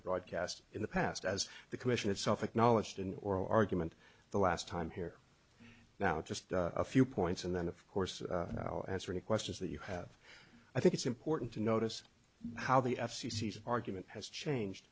a broadcast in the past as the commission itself acknowledged in oral argument the last time here now just a few points and then of course i'll answer any questions that you have i think it's important to notice how the f c c argument has changed